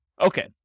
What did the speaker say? Okay